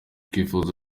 twifuza